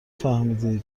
فهمیدی